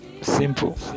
simple